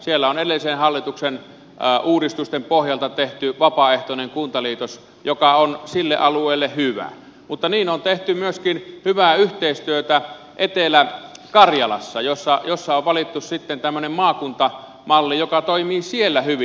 siellä on edellisen hallituksen uudistusten pohjalta tehty vapaaehtoinen kuntaliitos joka on sille alueelle hyvä mutta niin on tehty hyvää yhteistyötä myöskin etelä karjalassa missä on valittu tämmöinen maakuntamalli joka toimii siellä hyvin